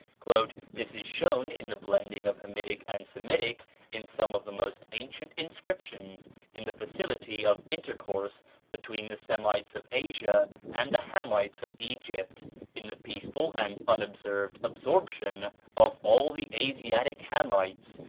this is shown in the blending of hamitic and semitic in some of the most ancient inscriptions in the facility of intercourse between the semites of asia and the hamites of egypt in the peaceful and unobserved absorption of all the asiatic hamites,